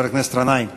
חבר הכנסת גנאים.